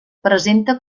presenta